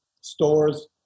stores